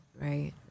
right